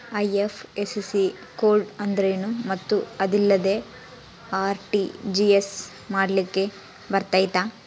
IFSC code ಅಂದ್ರೇನು ಮತ್ತು ಅದಿಲ್ಲದೆ ಆರ್.ಟಿ.ಜಿ.ಎಸ್ ಮಾಡ್ಲಿಕ್ಕೆ ಬರ್ತೈತಾ?